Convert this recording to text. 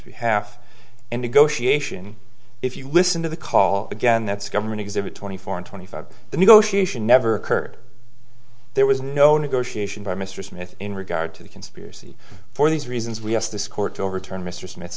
negotiation if you listen to the call again that's government exhibit twenty four and twenty five the negotiation never occurred there was no negotiation by mr smith in regard to the can speak for these reasons we asked this court to overturn mr smith